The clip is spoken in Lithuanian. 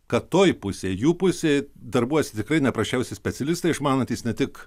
kad toj pusėj jų pusėj darbuojasi tikrai ne prasčiausi specialistai išmanantys ne tik